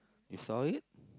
you saw it